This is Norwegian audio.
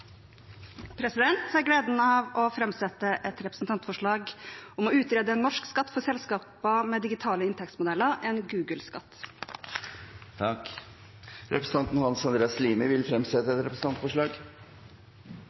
Jeg har gleden av å framsette et representantforslag om å utrede en norsk skatt for selskaper med digitale inntektsmodeller, en «Google-skatt». Representanten Hans Andreas Limi vil fremsette